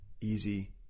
easy